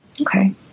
okay